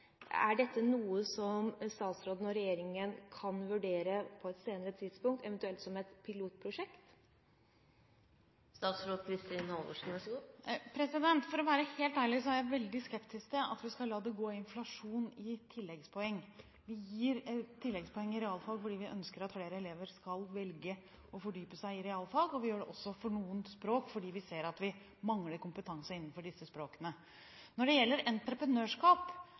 er dette noe som statsråden og regjeringen kan vurdere på et senere tidspunkt, eventuelt som et pilotprosjekt? For å være helt ærlig så er jeg veldig skeptisk til at vi skal la det gå inflasjon i tilleggspoeng. Vi gir tilleggspoeng for realfag, fordi vi ønsker at flere elever skal velge å fordype seg i realfag. Vi gjør det også for noen språk, fordi vi ser at vi mangler kompetanse innenfor disse språkene. Når det gjelder entreprenørskap,